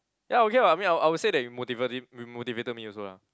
ya okay [what] I mean I will I will say that you motivated you motivated me also lah